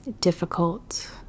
difficult